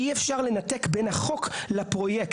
אי אפשר לנתק בין החוק לפרויקט.